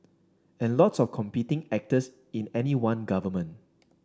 and lots of competing actors in any one government